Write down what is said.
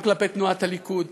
גם כלפי תנועת הליכוד,